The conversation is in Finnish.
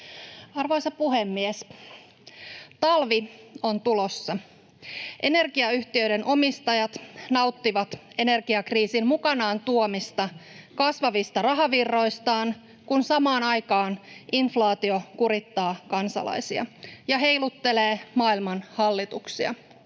Arvoisa puhemies! Talvi on tulossa. Energiayhtiöiden omistajat nauttivat energiakriisin mukanaan tuomista kasvavista rahavirroistaan, kun samaan aikaan inflaatio kurittaa kansalaisia ja heiluttelee maailman hallituksia.